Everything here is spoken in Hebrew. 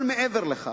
אבל מעבר לכך,